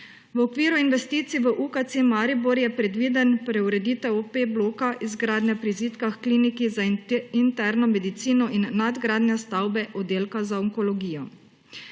V okviru investicij v UKC Maribor je predvidena preureditev OP bloka, izgradnja prizidka h Kliniki za interno medicino in nadgradnja stavbe Oddelka za onkologijo.